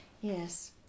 Yes